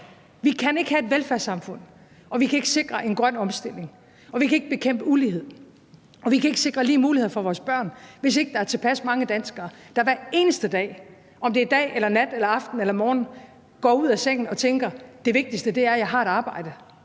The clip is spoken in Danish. Vi kan ikke have et velfærdssamfund, og vi kan ikke sikre en grøn omstilling, og vi kan ikke bekæmpe ulighed, og vi kan ikke sikre lige muligheder for vores børn, hvis ikke der er tilpas mange danskere, der hver eneste dag – om det er dag eller nat eller aften eller morgen – står ud af sengen og tænker: Det vigtigste er, at jeg har et arbejde,